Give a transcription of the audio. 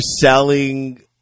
selling